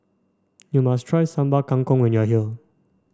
you must try Sambal Kangkong when you are here